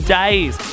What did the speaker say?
days